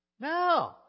No